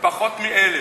פחות מ-1,000.